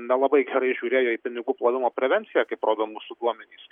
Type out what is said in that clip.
nelabai gerai žiūrėjo į pinigų plovimo prevenciją kaip rodo mūsų duomenys